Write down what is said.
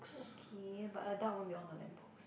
okay but a duck won't be on a lamppost